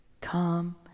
Come